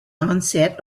onset